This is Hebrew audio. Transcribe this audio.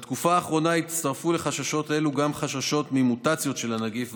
בתקופה האחרונה הצטרפו לחששות האלו גם חששות ממוטציות של הנגיף,